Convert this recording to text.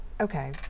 okay